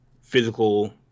physical